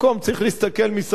צריך להסתכל מסביב,